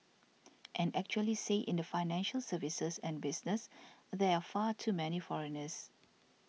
and actually say in the financial services and business there are far too many foreigners